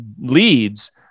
leads